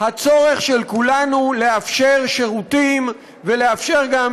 הצורך של כולנו לאפשר שירותים ולאפשר גם